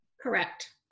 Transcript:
Correct